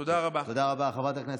תודה רבה.